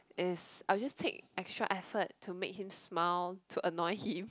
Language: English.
is I'll just take extra effort to make him smile to annoy him